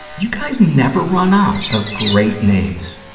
you guys never run out of great names.